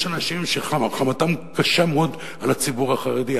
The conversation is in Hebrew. יש אנשים שחמתם קשה מאוד על הציבור החרדי.